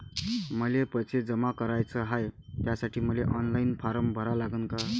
मले पैसे जमा कराच हाय, त्यासाठी मले ऑनलाईन फारम भरा लागन का?